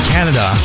Canada